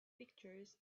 pictures